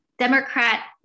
Democrat